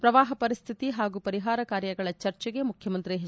ಪ್ರವಾಹ ಪರಿಸ್ವಿತಿ ಹಾಗೂ ಪರಿಹಾರ ಕಾರ್ಯಗಳ ಚರ್ಚೆಗೆ ಮುಖ್ಯಮಂತ್ರಿ ಎಚ್